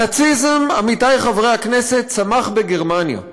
הנאציזם, עמיתי חברי הכנסת, צמח בגרמניה,